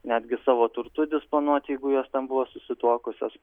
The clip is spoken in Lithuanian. netgi savo turtu disponuoti jeigu jos ten buvo susituokusios